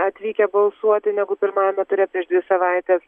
atvykę balsuoti negu pirmajame ture prieš dvi savaites